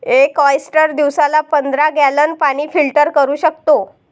एक ऑयस्टर दिवसाला पंधरा गॅलन पाणी फिल्टर करू शकतो